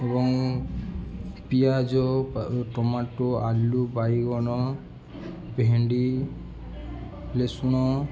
ଏବଂ ପିଆଜ ଟମାଟୋ ଆଳୁ ବାଇଗଣ ଭେଣ୍ଡି ରସୁଣ